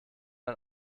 ein